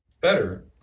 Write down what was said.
better